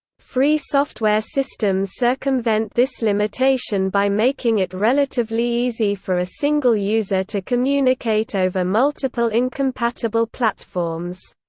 free software systems circumvent this limitation by making it relatively easy for a single user to communicate over multiple incompatible platforms.